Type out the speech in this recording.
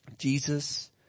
Jesus